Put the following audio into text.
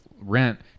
rent